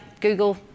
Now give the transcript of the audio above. Google